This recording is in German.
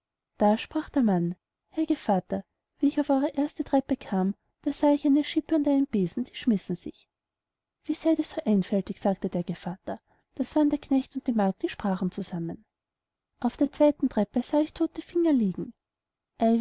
da sprach der mann herr gevatter wie ich auf eure erste treppe kam da sah ich eine schippe und einen besen stehen die sich schmissen wie seid ihr so einfältig antwortete der gevatter das waren der knecht und die magd die sprachen zusammen auf der zweiten treppe sah ich todte finger liegen